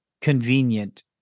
convenient